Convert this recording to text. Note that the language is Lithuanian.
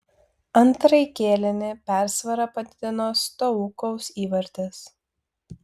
antrąjį kėlinį persvarą padidino stoukaus įvartis